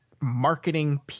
marketing